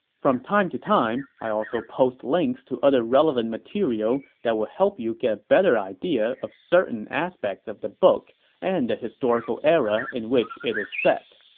from time to time, i also post links to other relevant material that will help you get a better idea of certain aspects of the book and the historical era in which it is set